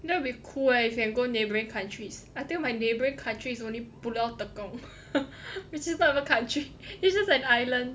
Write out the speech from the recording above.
that'll be cool leh you can go neighboring countries I think my neighboring countries only pulau tekong which is part of the country it's just an island